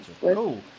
Cool